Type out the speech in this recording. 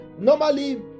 normally